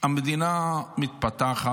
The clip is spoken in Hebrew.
המדינה מתפתחת,